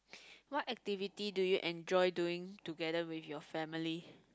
what activity do you enjoy doing together with your family